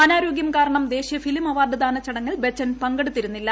അനാരോഗ്യം കാരണം ദേശ്ശീയ film award ദാന ചടങ്ങിൽ ബച്ചൻ പങ്കെടുത്തിരുന്നില്ല